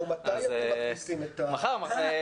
נו, מתי אתם מכניסים את הנורבגים?